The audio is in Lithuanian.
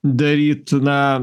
daryt na